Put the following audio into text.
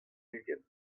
ugent